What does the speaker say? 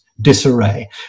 disarray